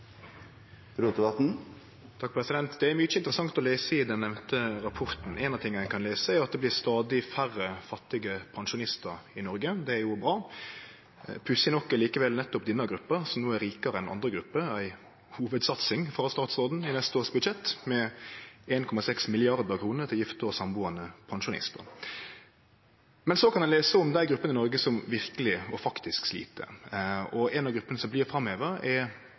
mykje interessant å lese i den nemnde rapporten. Ein av tinga ein kan lese, er at det blir stadig færre fattige pensjonistar i Noreg. Det er jo bra. Pussig nok er likevel nettopp denne gruppa, som no er rikare enn andre grupper, ei hovudsatsing frå statsråden i budsjettet for neste år, med 1,6 mrd. kr til gifte og sambuande pensjonistar. Men så kan ein lese om dei gruppene i Noreg som verkeleg og faktisk slit. Ei av gruppene som blir framheva, er